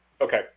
okay